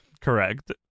Correct